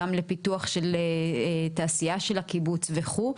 גם לפיתוח התעשייה של הקיבוץ וכו'.